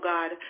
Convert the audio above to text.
God